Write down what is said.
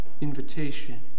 Invitation